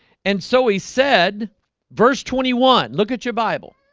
and so he said verse twenty one. look at your bible